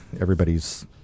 everybody's